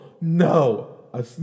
No